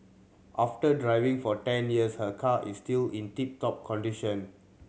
after driving for ten years her car is still in tip top condition